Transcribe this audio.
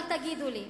אבל תגידו לי,